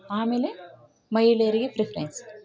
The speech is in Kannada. ಆಮೇಲೆ ಮಹಿಳೆಯರಿಗೆ ಪ್ರಿಫ್ರೆನ್ಸ್